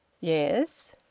Yes